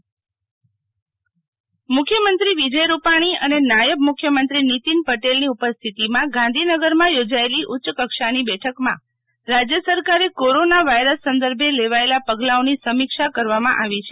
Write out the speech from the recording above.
Sheetal Vaishnav corona સમીક્ષા બેઠક મુખ્યમંત્રી વિજય રૂપાણી અને નાયબ મુખ્યમંત્રી નીતીનભાઇ પટેલ ની ઉપસ્થિતિમાં ગાંધીનગરમાં યોજાયેલી ઉચ્યકક્ષાની બેઠકમાં રાજય સરકારે કોરોના વાયરસ સંદર્ભે લેવાયેલા પગલાંઓની સમીક્ષા કરવામાં આવી છે